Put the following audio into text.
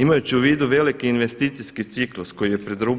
Imajući u vidu veliki investicijski ciklus koji je pred RH